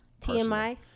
TMI